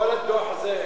כל הדוח הזה,